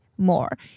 more